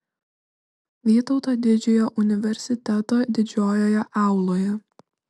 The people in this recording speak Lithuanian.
vytauto didžiojo universiteto didžiojoje auloje